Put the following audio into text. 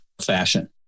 fashion